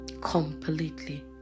completely